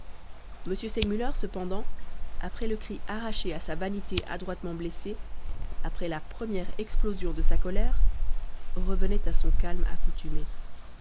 m segmuller cependant après le cri arraché à sa vanité adroitement blessée après la première explosion de sa colère revenait à son calme accoutumé